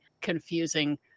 confusing